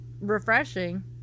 refreshing